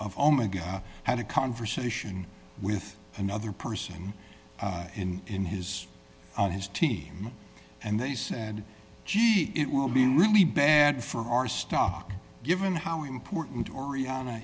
omega had a conversation with another person in in his on his team and they said gee it will be really bad for our stock given how important ori